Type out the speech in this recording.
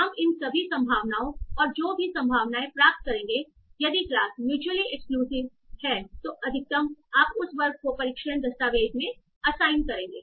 हम इन सभी संभावनाओं और जो भी संभावनाएं प्राप्त करेंगे यदि क्लास म्युचुअली एक्सक्लूसिव हैं तो अधिकतम आप उस वर्ग को परीक्षण दस्तावेज़ में असाइन करेंगे